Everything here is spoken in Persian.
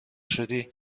شدی